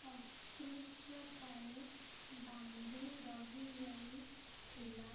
ଅସ୍ପୃଶ୍ୟତାରେ ବାନ୍ଧି ରହିଯାଇଥିଲା